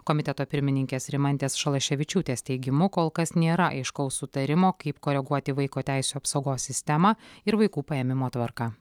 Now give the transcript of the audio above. komiteto pirmininkės rimantės šalaševičiūtės teigimu kol kas nėra aiškaus sutarimo kaip koreguoti vaiko teisių apsaugos sistemą ir vaikų paėmimo tvarką